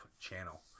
Channel